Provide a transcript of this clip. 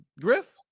Griff